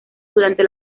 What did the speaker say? durante